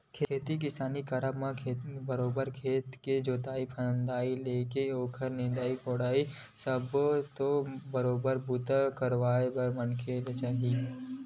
खेती किसानी करब म बरोबर खेत के जोंतई फंदई ले लेके ओखर निंदई कोड़ई सब्बो म तो बरोबर बूता करइया मनखे चाही ही